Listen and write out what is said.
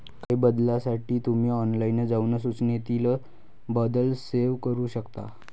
काही बदलांसाठी तुम्ही ऑनलाइन जाऊन सूचनेतील बदल सेव्ह करू शकता